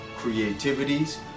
creativities